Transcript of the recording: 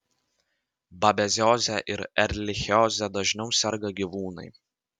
babezioze ir erlichioze dažniau serga gyvūnai